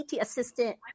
assistant